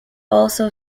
also